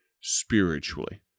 spiritually